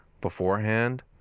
beforehand